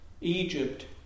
Egypt